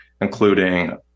including